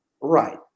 right